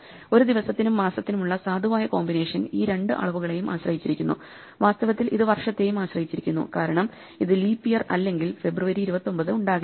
ഒരു ദിവസത്തിനും മാസത്തിനുമുള്ള സാധുവായ കോമ്പിനേഷൻ ഈ രണ്ട് അളവുകളെയും ആശ്രയിച്ചിരിക്കുന്നു വാസ്തവത്തിൽ ഇത് വർഷത്തെയും ആശ്രയിച്ചിരിക്കുന്നു കാരണം ഇത് ലീപ്പ് ഇയർ അല്ലെങ്കിൽ ഫെബ്രുവരി 29 ഉണ്ടാകില്ല